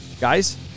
guys